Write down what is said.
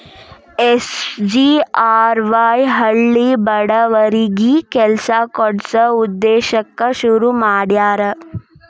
SGRY ಹಳ್ಳಿ ಬಡವರಿಗಿ ಕೆಲ್ಸ ಕೊಡ್ಸ ಉದ್ದೇಶಕ್ಕ ಶುರು ಮಾಡ್ಯಾರ